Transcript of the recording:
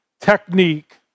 technique